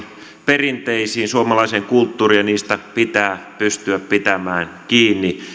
perinteisiin suomalaiseen kulttuuriin ja niistä pitää pystyä pitämään kiinni